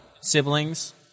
siblings